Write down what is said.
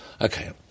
Okay